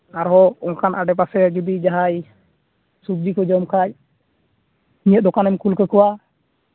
ᱟᱨᱦᱚᱸ ᱚᱱᱠᱟᱱ ᱟᱰᱮᱯᱟᱥᱮ ᱡᱩᱫᱤ ᱡᱟᱦᱟᱸᱭ ᱥᱚᱵᱡᱤ ᱠᱚ ᱡᱚᱢ ᱠᱷᱟᱱ ᱤᱧᱟᱹᱜ ᱫᱚᱠᱟᱱᱮᱢ ᱠᱩᱞ ᱠᱟᱠᱚᱣᱟ